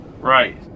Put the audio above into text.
Right